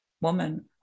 woman